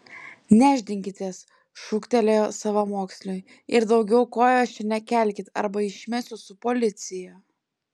nešdinkitės šūktelėjo savamoksliui ir daugiau kojos čia nekelkit arba išmesiu su policija